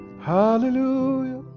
hallelujah